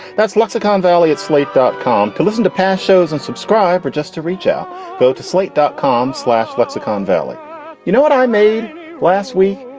that's lexicon valley at slate dot com. listen to pass shows and subscribe but just to reach out so to slate dot com slash lexicon valley you know what i made last week?